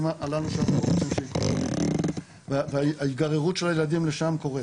הללו שאנחנו --- וההיגררות של הילדים לשם קורית.